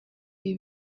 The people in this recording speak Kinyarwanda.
ibi